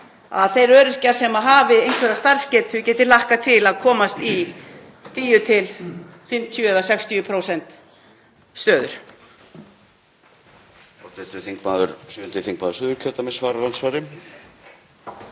að þeir öryrkjar sem hafi einhverja starfsgetu geti hlakkað til að komast í 10–50% eða 60% stöður.